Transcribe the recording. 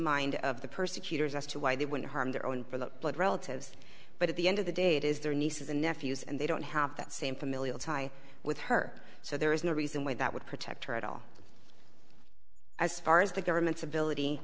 mind of the persecutors as to why they would harm their own for the blood relatives but at the end of the day it is their nieces and nephews and they don't have that same familial tie with her so there is no reason why that would protect her at all as far as the government's ability